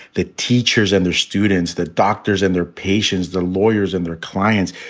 the teachers and their students, the doctors and their patients, the lawyers and their clients.